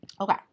Okay